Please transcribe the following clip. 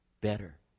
better